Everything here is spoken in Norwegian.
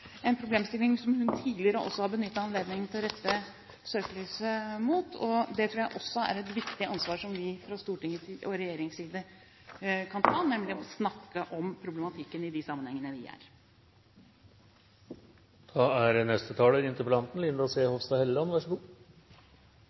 en problemstilling som hun tidligere også har benyttet anledningen til å rette søkelyset mot. Det tror jeg er et viktig ansvar som vi fra Stortinget og regjeringens side kan ta, nemlig å snakke om problematikken i de sammenhengene vi er. Jeg vil takke statsråden for en god redegjørelse. Jeg ble særlig glad for å høre at det jobbes så